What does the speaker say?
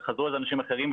וחזרו על זה אנשים אחרים,